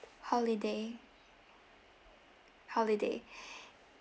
holiday holiday